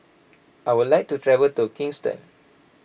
I would like to travel to Kingston